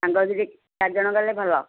ସାଙ୍ଗ ହୋଇକି ଦୁଇ ଚାରି ଜଣ ଗଲେ ଭଲ